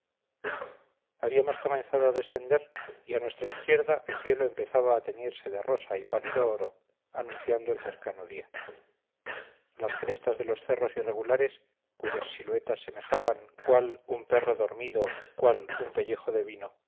habíamos comenzado a descender y a nuestra izquierda el cielo empezaba a teñirse de rosa y pálido oro anunciando el cercano día las crestas de los cerros irregulares cuyas siluetas semejaban cual un perro dormido cual un pellejo de vino